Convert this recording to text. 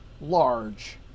large